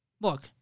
Look